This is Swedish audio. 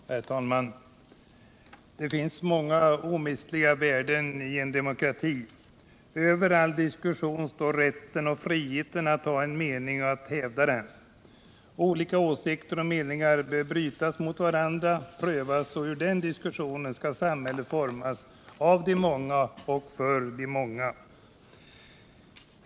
Herr talman! Det finns många omistliga värden i en demokrati. Över all diskussion står rätten och friheten att ha en mening och hävda den. Olika åsikter och meningar bör få brytas mot varandra och prövas, och ur den diskussionen skall samhället formas av de många och för de många.